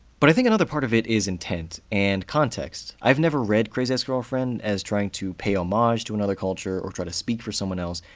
but i think another part of it is intent, and context. i've never read crazy ex-girlfriend as trying to pay homage to another culture, or try to speak for someone else,